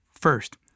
First